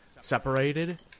separated